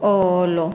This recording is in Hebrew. או לא,